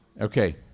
Okay